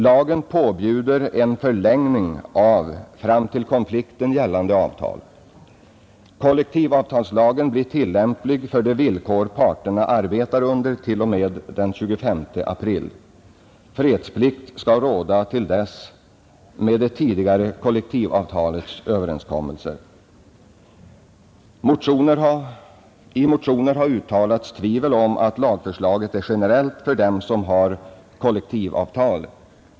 Lagen påbjuder en förlängning av fram till konflikten gällande avtal. Kollektivavtalslagen blir tillämplig för de villkor parterna arbetar under t.o.m. 25 april. Fredsplikt skall råda till dess med det tidigare kollektivavtalets överenskommelser. I motioner har uttalats tvivel om att lagförslaget är generellt och gäller för alla dem som har kollektivavtal.